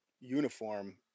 uniform